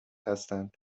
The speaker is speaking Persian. هستند